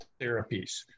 therapies